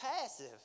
passive